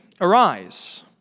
Arise